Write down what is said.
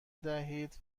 دهید